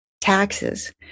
taxes